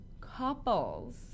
couples